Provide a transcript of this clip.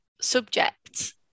subject